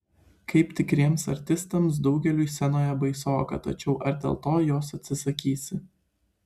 kaip tikriems artistams daugeliui scenoje baisoka tačiau ar dėl to jos atsisakysi